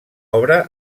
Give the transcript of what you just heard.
obra